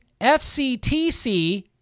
FCTC